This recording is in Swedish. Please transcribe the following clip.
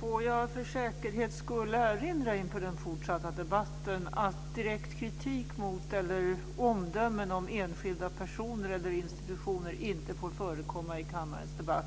Får jag för säkerhets skull inför den fortsatta debatten erinra om att direkt kritik mot eller omdömen om enskilda personer eller institutioner inte får förekomma i kammarens debatt.